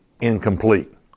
incomplete